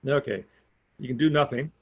and okay you can do nothing.